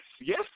Yes